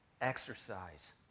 exercise